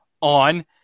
on